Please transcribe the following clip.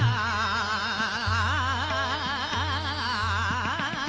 aa